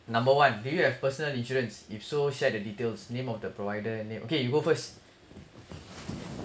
number one do you have personal insurance if so share the details name of the provider and name okay you go first